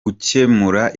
gukemura